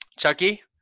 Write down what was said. Chucky